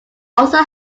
also